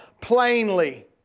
plainly